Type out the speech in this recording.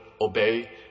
obey